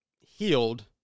healed